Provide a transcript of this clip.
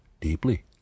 deeply